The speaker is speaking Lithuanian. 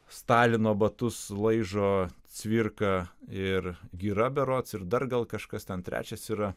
stalino batus laižo cvirka ir gira berods ir dar gal kažkas ten trečias yra